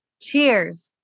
Cheers